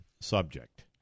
subject